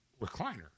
recliner